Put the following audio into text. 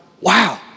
Wow